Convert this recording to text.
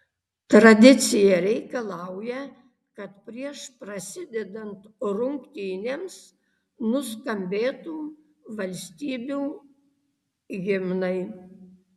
tradicija reikalauja kad prieš prasidedant rungtynėms nuskambėtų valstybių himnai